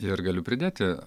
ir galiu pridėti